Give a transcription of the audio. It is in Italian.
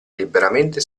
liberamente